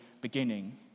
beginning